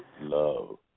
love